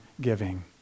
giving